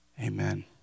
Amen